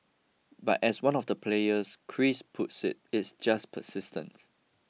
but as one of the players Chris puts it it's just persistence